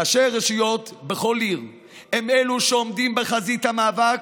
ראשי רשויות בכל עיר הם שעומדים בחזית המאבק,